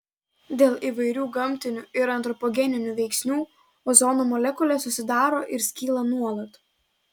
dėl įvairių gamtinių ir antropogeninių veiksnių ozono molekulės susidaro ir skyla nuolat